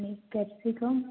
અને કેપ્સિકમ